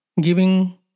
giving